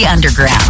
underground